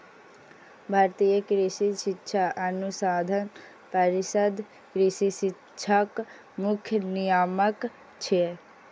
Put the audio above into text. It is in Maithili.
भारतीय कृषि शिक्षा अनुसंधान परिषद कृषि शिक्षाक मुख्य नियामक छियै